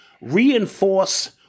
reinforce